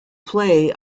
play